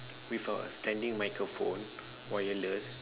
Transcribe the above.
with a standing microphone wireless